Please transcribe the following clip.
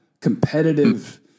competitive